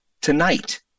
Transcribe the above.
tonight